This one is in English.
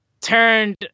turned